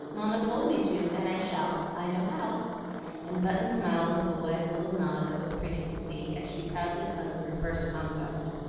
mamma told me to, and i shall. i know how and button smiled with a wise little nod that was pretty to see, as she proudly cuddled her first conquest.